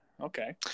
okay